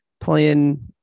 playing